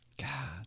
God